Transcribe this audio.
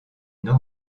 non